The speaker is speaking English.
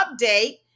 update